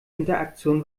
interaktion